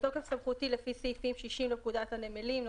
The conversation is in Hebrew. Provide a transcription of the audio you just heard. בתוקף סמכותי לפי סעיפים 60 לפקודת הנמלים ,